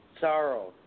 Sorrow